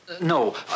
No